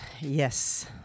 yes